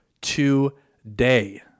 today